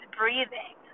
breathing